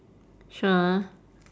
sure ah